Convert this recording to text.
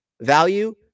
value